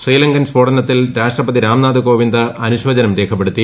ശ്രീലങ്കൻ സ്ഫോടനത്തിൽ രാഷ്ട്രപതി രാംനാഥ് കോവിന്ദ് അനുശോചനം രേഖപ്പെടുത്തി